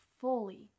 fully